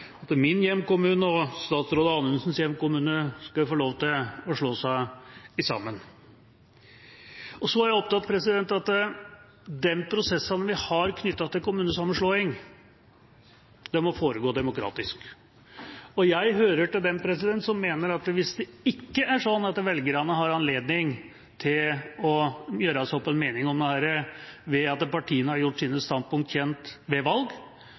at min hjemkommune og statsråd Anundsens hjemkommune skal få lov til å slå seg sammen. Jeg er opptatt av at de prosessene vi har knyttet til kommunesammenslåing, må foregå demokratisk. Jeg hører til dem som mener at hvis det ikke er sånn at velgerne har anledning til å gjøre seg opp en mening om dette ved at partiene har gjort sine standpunkt kjent ved valg,